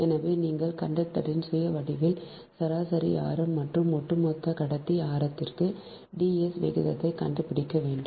எனவே நீங்கள் கண்டக்டரின் சுய வடிவியல் சராசரி ஆரம் மற்றும் ஒட்டுமொத்த கடத்தி ஆரத்திற்கு டி s விகிதத்தைக் கண்டுபிடிக்க வேண்டும்